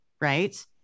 right